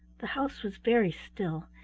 the house was very still,